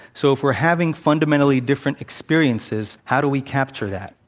so, if we're having fundamentally different experiences, how do we capture that?